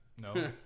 No